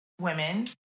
women